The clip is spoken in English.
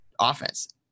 offense